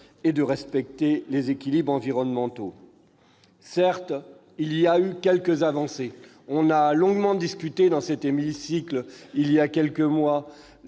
et à respecter les équilibres environnementaux. Certes, il y a eu quelques avancées. On a longuement discuté dans cet hémicycle, il y a quelques mois,